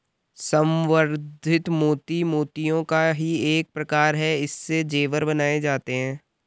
संवर्धित मोती मोतियों का ही एक प्रकार है इससे जेवर बनाए जाते हैं